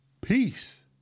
peace